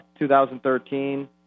2013